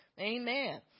Amen